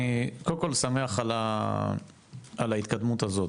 אני קודם כל שמח על ההתקדמות הזאת,